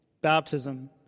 baptism